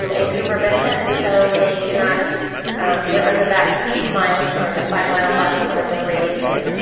um in cumbre vista. and so they cannot they're under that mile or the five-mile bus or whatever the radius is.